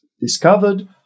discovered